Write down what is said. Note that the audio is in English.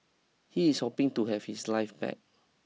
he is hoping to have his life back